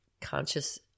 conscious